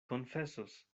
konfesos